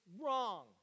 wrong